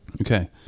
Okay